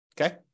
Okay